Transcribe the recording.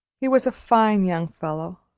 he was a fine young fellow.